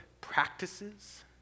practices